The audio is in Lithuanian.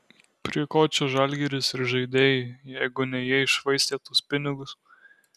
prie ko čia žalgiris ir žaidėjai jeigu ne jie iššvaistė tuos pinigus